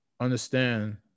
understand